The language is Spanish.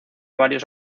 varios